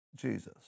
Jesus